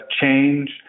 change